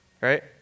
Right